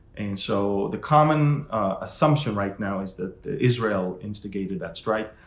and so, the common assumption right now is that israel instigated that strike